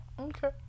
Okay